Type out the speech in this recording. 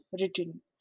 written